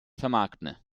vermarkten